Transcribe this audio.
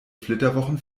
flitterwochen